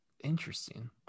interesting